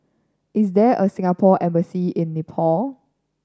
is there a Singapore Embassy in Nepal